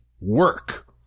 work